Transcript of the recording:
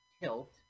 Tilt